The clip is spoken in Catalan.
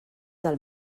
del